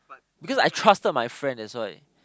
because I trusted my friend that's why